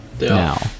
now